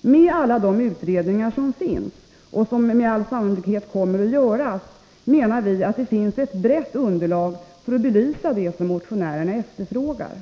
Med alla de utredningar som finns, och som med all sannolikhet kommer att göras, har man enligt vår mening ett brett underlag för att belysa det som motionärerna efterfrågar.